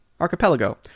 Archipelago